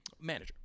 Manager